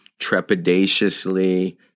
trepidatiously